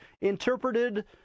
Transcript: interpreted